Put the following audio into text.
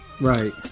right